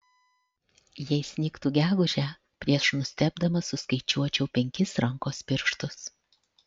jei snigtų gegužę prieš nustebdamas suskaičiuočiau penkis rankos pirštus